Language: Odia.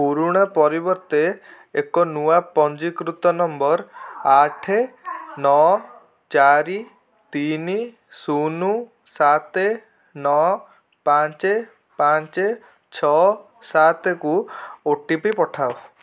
ପୁରୁଣା ପରିବର୍ତ୍ତେ ଏକ ନୂଆ ପଞ୍ଜୀକୃତ ନମ୍ବର୍ ଆଠ ନଅ ଚାରି ତିନି ଶୂନ ସାତ ନଅ ପାଞ୍ଚ ପାଞ୍ଚ ଛଅ ସାତକୁ ଓ ଟି ପି ପଠାଅ